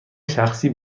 شخصی